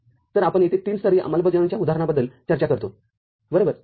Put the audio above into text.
तरआपण येथे तीन स्तरीय अंमलबजावणीच्या उदाहरणाबद्दल चर्चा करतो बरोबर